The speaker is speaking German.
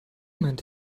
meint